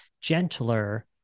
gentler